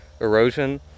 erosion